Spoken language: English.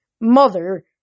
Mother